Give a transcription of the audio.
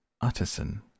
Utterson